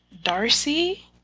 Darcy